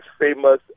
famous